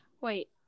Wait